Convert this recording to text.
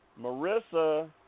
Marissa